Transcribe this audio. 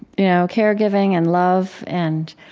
you know caregiving and love. and